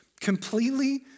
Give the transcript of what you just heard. completely